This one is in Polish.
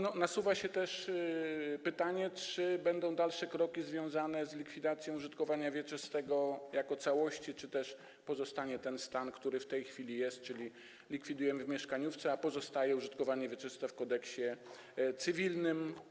Nasuwa się też pytanie, czy będą dalsze kroki związane z likwidacją użytkowania wieczystego jako całości, czy też pozostanie ten stan, który jest w tej chwili, że likwidujemy w mieszkaniówce, a pozostaje użytkowanie wieczyste w Kodeksie cywilnym.